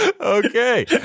Okay